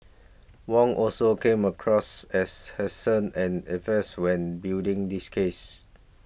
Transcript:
Wong also came across as hesitant and evasive when building his case